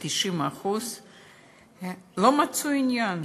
ב-90% לא מצאו עניין,